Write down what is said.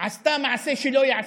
מעשה שלא ייעשה.